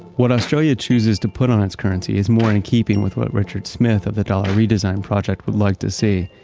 what australia chooses to put on it's currency is more in keeping with what richard smith of the dollar redesign project would like to see.